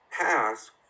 pass